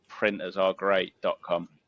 printersaregreat.com